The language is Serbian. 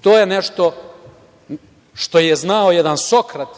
To je nešto što je znao jedan Sokrat